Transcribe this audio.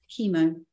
chemo